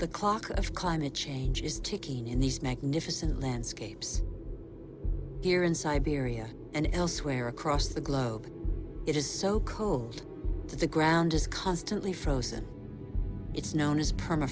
the clock of climate change is ticking in these magnificent landscapes here in siberia and elsewhere across the globe it is so cold to the ground is constantly frozen it's known as perma